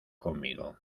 conmigo